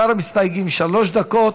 לשאר המסתייגים, שלוש דקות.